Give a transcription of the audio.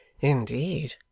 Indeed